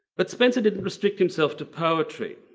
but spencer didn't restrict himself to poetry.